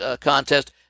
contest